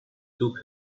took